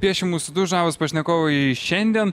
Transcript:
piešia mūsų du žavūs pašnekovai šiandien